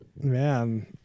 man